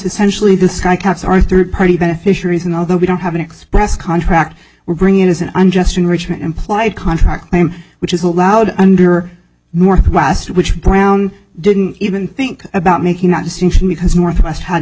sky caps are third party beneficiaries and although we don't have an express contract we're bringing in as an unjust enrichment implied contract which is allowed under northwest which brown didn't even think about making that distinction because northwest hadn't